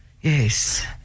Yes